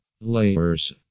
Layers